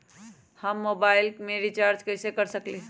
हम कोई मोबाईल में रिचार्ज कईसे कर सकली ह?